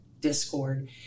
discord